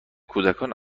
کودکان